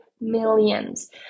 millions